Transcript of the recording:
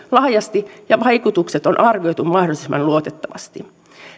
laajasti ja vaikutukset on arvioitu mahdollisimman luotettavasti